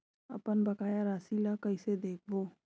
अपन बकाया राशि ला कइसे देखबो?